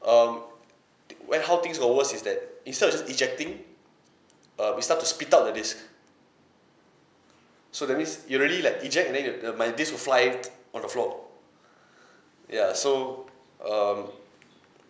um when how things got worse is that instead of just ejecting uh it start to spit out the disc so that means it really like eject then it the my disc will fly on the floor ya so um